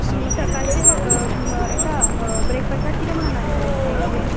सकाळचे हेका ब्रेकफास्टाक कितें म्हण आसतले स्नॅक्स बीन